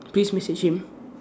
please message him